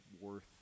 worth